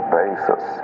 basis